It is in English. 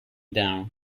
down